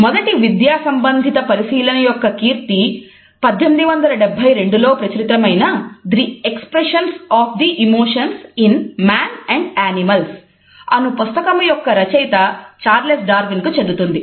మొదటి విద్యా సంబంధిత పరిశీలన యొక్క కీర్తి 1872 లో ప్రచురితమైన "the expression of the emotions in man and animals" అను పుస్తకము యొక్క రచయిత చార్లెస్ డార్విన్ కు చెందుతుంది